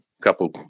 couple